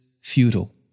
futile